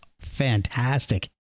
fantastic